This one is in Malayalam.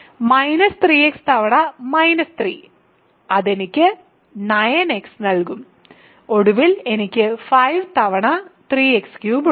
3x തവണ - 3 അത് എനിക്ക് 9x നൽകും ഒടുവിൽ എനിക്ക് 5 തവണ 3x3 ഉണ്ട്